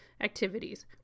Activities